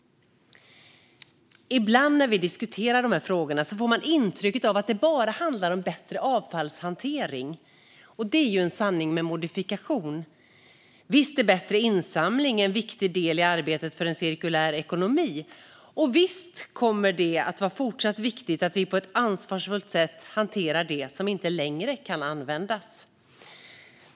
Ibland när vi diskuterar de här frågorna får man intrycket att det bara handlar om bättre avfallshantering. Det är en sanning med modifikation. Visst är bättre insamling en viktig del i arbetet för en cirkulär ekonomi, och visst kommer det att vara fortsatt viktigt att vi på ett ansvarsfullt sätt hanterar det som inte längre kan användas.